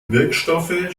wirkstoffe